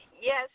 Yes